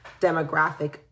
demographic